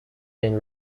been